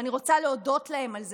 ואני רוצה להודות להם על זה,